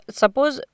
suppose